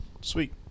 Sweet